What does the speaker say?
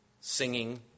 Singing